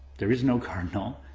there is no cardinal,